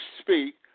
speak